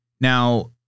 now